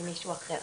ממישהו אחר.